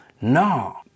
No